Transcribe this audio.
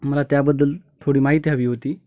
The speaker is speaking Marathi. मला त्याबद्दल थोडी माहिती हवी होती